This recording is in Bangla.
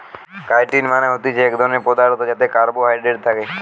কাইটিন মানে হতিছে এক ধরণের পদার্থ যাতে কার্বোহাইড্রেট থাকে